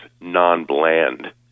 non-bland